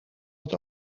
het